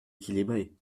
équilibrées